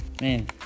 Man